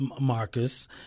Marcus